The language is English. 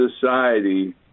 society